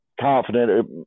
confident